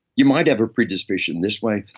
you might have a predisposition this way.